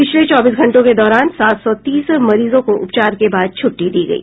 पिछले चौबीस घंटों के दौरान सात सौ तीस मरीजों को उपचार के बाद छुट्टी दी गयी